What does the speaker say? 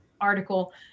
article